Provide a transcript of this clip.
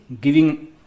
giving